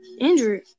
Andrew